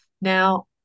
Now